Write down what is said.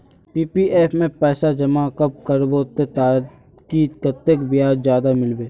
PPF में पैसा जमा कब करबो ते ताकि कतेक ब्याज ज्यादा मिलबे?